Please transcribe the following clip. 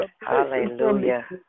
Hallelujah